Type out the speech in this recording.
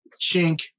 chink